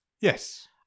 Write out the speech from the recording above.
Yes